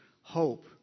hope